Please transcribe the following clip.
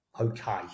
okay